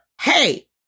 Hey